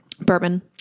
Bourbon